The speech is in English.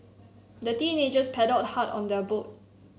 the teenagers paddled hard on their boat